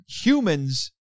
humans